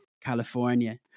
California